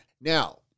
Now